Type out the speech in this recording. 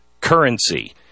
currency